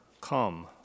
come